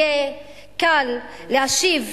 יהיה קל להשיב